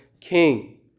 king